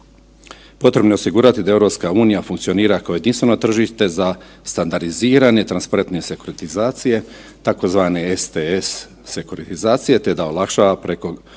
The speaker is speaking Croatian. Potrebno je osigurati da EU funkcionira kao jedinstveno tržište za standardizirane transparentne sekuritizacije, tzv. STS sekuritizacije te da olakšava prekogranične